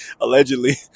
allegedly